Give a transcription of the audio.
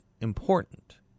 important